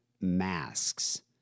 masks